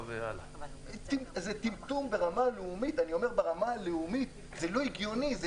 זה טמטום ברמה לאומית, זה לא הגיוני.